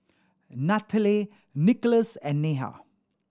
Nathalie Nicolas and Neha